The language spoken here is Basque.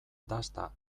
dasta